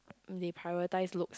they prioritise look